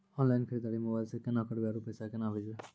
Online खरीददारी mobile से केना करबै, आरु पैसा केना भेजबै?